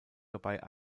dabei